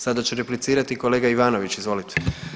Sada će replicirati kolega Ivanović, izvolite.